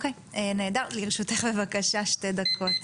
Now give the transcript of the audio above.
לרשותך שתי דקות.